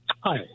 Hi